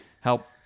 help